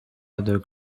other